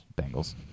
Bengals